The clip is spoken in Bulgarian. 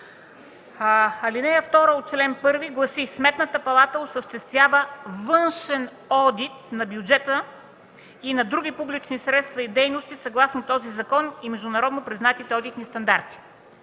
Алинея 2 от чл. 1 гласи: „Сметната палата осъществява външен одит на бюджета и на други публични средства и дейности съгласно този закон и международно признатите одитни стандарти”.